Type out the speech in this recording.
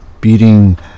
beating